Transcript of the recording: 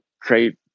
create